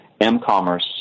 M-commerce